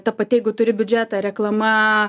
ta pati jeigu turi biudžetą reklama